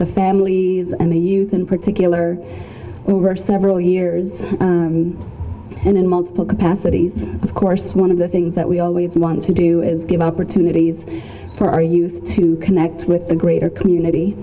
the families and the youth in particular were several years and in multiple capacities of course one of the things that we always want to do is give opportunities for our youth to connect with the greater community